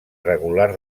regular